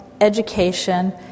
education